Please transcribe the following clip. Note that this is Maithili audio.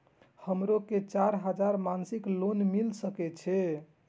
हमरो के चार हजार मासिक लोन मिल सके छे?